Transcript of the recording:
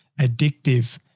addictive